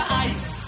Ice